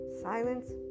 silence